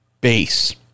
base